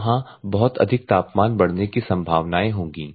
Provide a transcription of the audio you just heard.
तो वहां बहुत अधिक तापमान बढ़ने की संभावनाएं होंगी